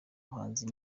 muhanzi